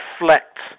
reflect